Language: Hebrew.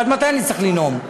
עד מתי אני צריך לנאום?